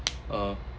uh